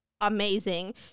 amazing